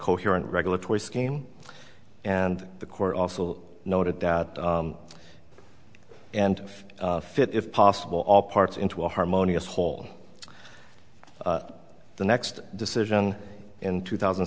coherent regulatory scheme and the court also noted that and fit if possible all parts into a harmonious whole the next decision in two thousand